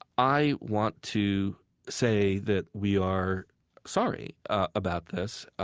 i want to say that we are sorry about this.